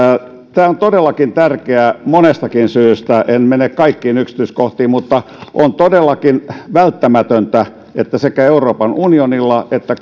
tämä on todellakin tärkeää monestakin syystä en mene kaikkiin yksityiskohtiin mutta on todellakin välttämätöntä että sekä euroopan unionilla että